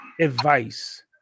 advice